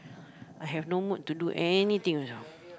I have no mood to do anything also